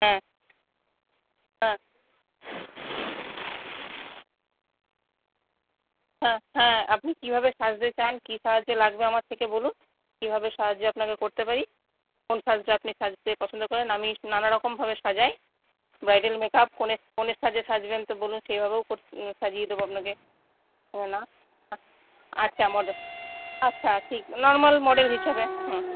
হ্যাঁ হ্যাঁ হ্যাঁ হ্যাঁ আপনি কীভাবে সাজতে চান কী সাহায্য লাগবে আমার থেকে বলুন কীভাবে সাহায্য আপনাকে করতে পারি কোন সাজটা আপনি সাজতে পছন্দ করেন আমি নানা রকমভাবে সাজাই ব্রাইডাল মেকআপ কনের কনের সাজে সাজবেন তো বলুন সেইভাবেও সাজিয়ে দেব আপনাকে ও না আচ্ছা আচ্ছা মডেল আচ্ছা ঠিক নরমাল মডেল হিসাবে হুম